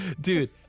dude